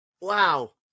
Wow